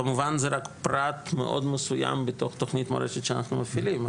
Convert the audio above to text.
כמובן זה רק פרט מאוד מסויים בתוך תכנית מורשת שאנחנו מפעילים.